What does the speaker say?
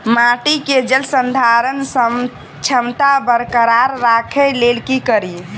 माटि केँ जलसंधारण क्षमता बरकरार राखै लेल की कड़ी?